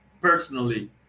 personally